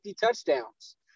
touchdowns